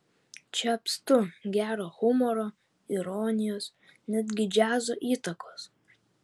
čia apstu gero humoro ironijos netgi džiazo įtakos